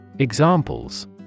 Examples